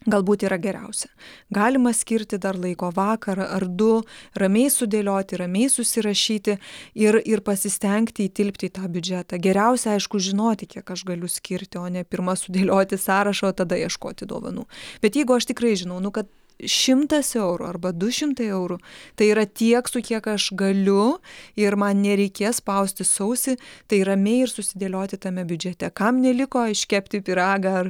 galbūt yra geriausia galima skirti dar laiko vakarą ar du ramiai sudėlioti ramiai susirašyti ir ir pasistengti įtilpti į tą biudžetą geriausia aišku žinoti kiek aš galiu skirti o ne pirma sudėlioti sąrašą o tada ieškoti dovanų bet jeigu aš tikrai žinau nu kad šimtas eurų arba du šimtai eurų tai yra tiek su kiek aš galiu ir man nereikės spausti sausį tai ramiai ir susidėlioti tame biudžete kam neliko iškepti pyragą ar